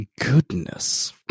goodness